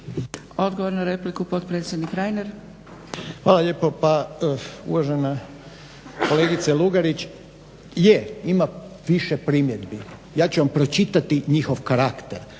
Odgovor na repliku potpredsjednik Reiner. **Reiner, Željko (HDZ)** Hvala lijepo. Pa uvažena kolegice Lugarić, je ima više primjedbi. Ja ću vam pročitati njihov karakter,